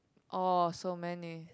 oh so many